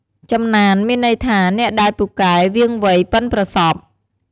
ចំណាន មានន័យថា អ្នកដែលពូកែ វាងវៃ បុិនប្រសប់ ។